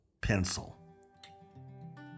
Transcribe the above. pencil